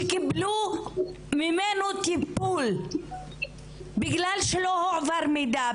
שקיבלו ממנו טיפול בגלל שלא הועבר מידע,